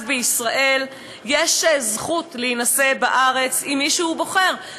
בישראל יש זכות להינשא בארץ עם מי שהוא בוחר.